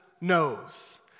knows